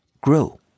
Grow